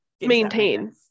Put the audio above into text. maintain